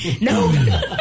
No